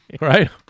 Right